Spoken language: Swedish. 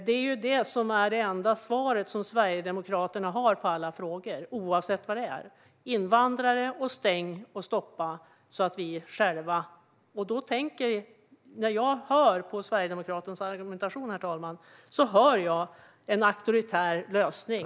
De enda svar som Sverigedemokraterna har på alla frågor, oavsett vad de handlar om är: invandrare, stäng och stoppa så att vi är själva. När jag hör på Sverigedemokraternas argumentation, herr talman, hör jag en auktoritär lösning.